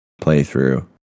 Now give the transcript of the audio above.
play-through